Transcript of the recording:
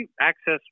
access